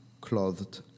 clothed